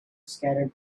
scattered